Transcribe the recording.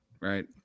right